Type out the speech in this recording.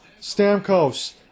Stamkos